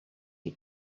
you